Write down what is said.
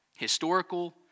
historical